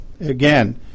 Again